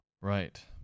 Right